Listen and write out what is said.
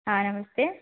हाँ नमस्ते